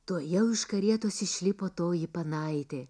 tuojau iš karietos išlipo toji panaitė